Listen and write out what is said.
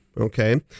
Okay